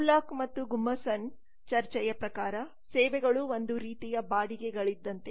Lovelock ಮತ್ತು ಗುಮ್ಮೆರ್ಸುನ್ರ ಚರ್ಚೆಯ ಪ್ರಕಾರ ಸೇವೆಗಳು ಒಂದು ರೀತಿಯ ಬಾಡಿಗೆಗಳಿದ್ದಂತೆ